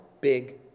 big